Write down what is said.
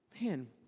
Man